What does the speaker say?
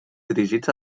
dirigits